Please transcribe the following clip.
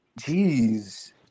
Jeez